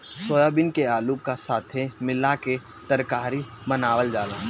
soybean के आलू का साथे मिला के तरकारी बनावल जाला